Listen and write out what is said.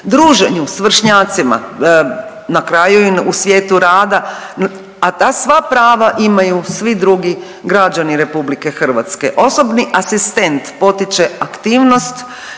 druženju s vršnjacima, na kraju i u svijetu rada, ata sva prava imaju svi drugi građani RH. Osobni asistent potiče aktivnost